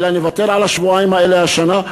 אלא נוותר על השבועיים האלה השנה,